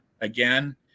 again